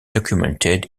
documented